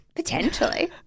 Potentially